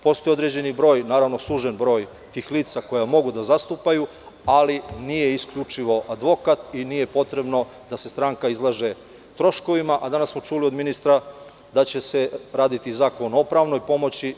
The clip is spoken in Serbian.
Postoji određen sužen broj tih lica koja mogu da zastupaju, ali nije isključivo advokat i nije potrebno da se stranka izlaže troškovima, a danas smo čuli od ministra da će se raditi i zakon o pravnoj pomoći.